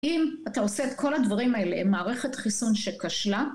אם אתה עושה את כל הדברים האלה, עם מערכת חיסון שכשלה